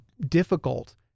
difficult